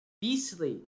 Beastly